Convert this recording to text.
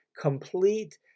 complete